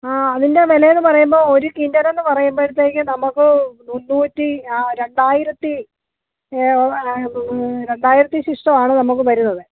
ആ അതിൻ്റെ വില എന്ന് പറയുമ്പോൾ ഒരു കിൻ്റൽ എന്ന് പറയുമ്പോഴത്തേക്കും നമുക്ക് മുന്നൂറ്റി ആ രണ്ടായിരത്തി രണ്ടായിരത്തി ശിഷ്ടമാണ് നമുക്ക് വരുന്നത്